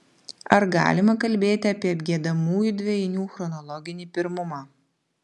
ar galima kalbėti apie apgiedamųjų dvejinių chronologinį pirmumą